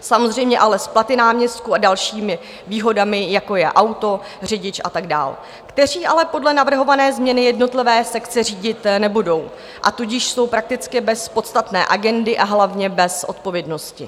samozřejmě ale s platy náměstků a dalšími výhodami, jako je auto, řidič a tak dál, kteří ale podle navrhované změny jednotlivé sekce řídit nebudou, a tudíž jsou prakticky bez podstatné agendy, a hlavně bez odpovědnosti.